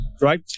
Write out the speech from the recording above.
Right